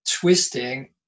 twisting